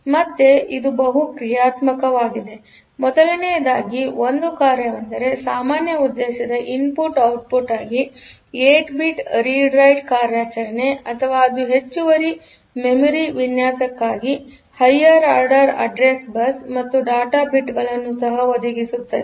ಆದ್ದರಿಂದ ಮತ್ತೆ ಇದುಬಹು ಕ್ರಿಯಾತ್ಮಕವಾಗಿದೆಮೊದಲನೆಯದಾಗಿ ಒಂದು ಕಾರ್ಯವೆಂದರೆ ಸಾಮಾನ್ಯ ಉದ್ದೇಶದ ಇನ್ಪುಟ್ ಔಟ್ಪುಟ್ ಆಗಿ8 ಬಿಟ್ ರೀಡ್ ರೈಟ್ ಕಾರ್ಯಾಚರಣೆ ಅಥವಾಇದು ಹೆಚ್ಚುವರಿಬಾಹ್ಯ ಮೆಮೊರಿ ವಿನ್ಯಾಸಕ್ಕಾಗಿಹೈಯರ್ ಆರ್ಡರ್ ಅಡ್ರೆಸ್ ಬಸ್ ಮತ್ತು ಡೇಟಾ ಬಿಟ್ ಗಳನ್ನು ಸಹ ಒದಗಿಸುತ್ತದೆ